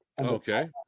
Okay